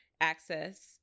access